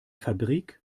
fabrik